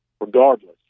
regardless